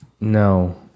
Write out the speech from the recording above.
No